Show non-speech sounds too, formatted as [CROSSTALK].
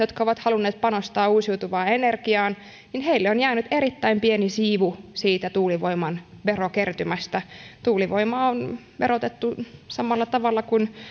[UNINTELLIGIBLE] jotka ovat halunneet panostaa uusiutuvaan energiaan on jäänyt erittäin pieni siivu tuulivoiman verokertymästä tuulivoimaa on verotettu samalla tavalla kuin